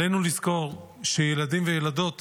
עלינו לזכור שילדים וילדות